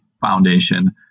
foundation